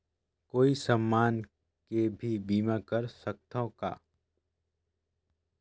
कोई समान के भी बीमा कर सकथव का?